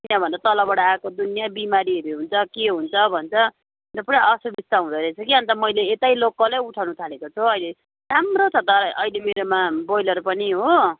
त्यहाँभन्दा तलबाट आएको दुनियाँ बिमारीहरू हुन्छ के हुन्छ भन्छ अन्त पुरा असुविस्ता हुँदोरहेछ कि अन्त मैले यतै लोकलै उठाउनुथालेको छु हौ अहिले राम्रो छ तर अहिले मेरोमा ब्रोयलर पनि हो